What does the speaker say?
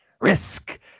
risk